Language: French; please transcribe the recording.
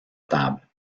table